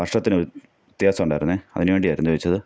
വർഷത്തിന് വ്യത്യാസം ഉണ്ടായിരുന്നു അതിനുവേണ്ടിയാരുന്നു ചോദിച്ചത്